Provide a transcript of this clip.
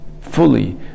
fully